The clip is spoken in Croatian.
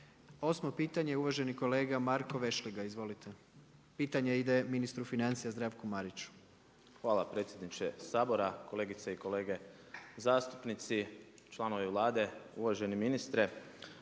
Osmo pitanje uvaženi kolega Marko Vešligaj. Izvolite, pitanje ide ministru financija Zdravku Mariću. **Vešligaj, Marko (SDP)** Hvala predsjedniče Sabora. Kolegice i kolege zastupnici, članovi Vlade, uvaženi ministre.